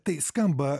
tai skamba